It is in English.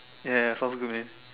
ya sounds good man